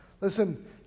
Listen